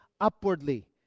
upwardly